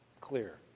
clear